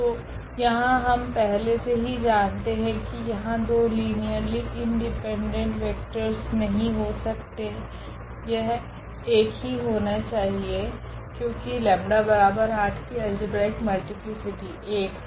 तो यहाँ हम पहले से ही जानते है की यहा दो लीनियरली इंडिपेंडेंट वेक्टरस नहीं हो सकते यह एक ही होने चाहिए क्योकि 𝜆8 की अल्जेब्रिक मल्टीप्लीसिटी 1 है